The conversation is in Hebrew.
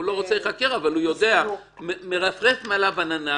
הוא לא רוצה להיחקר, אבל מרחפת מעליו עננה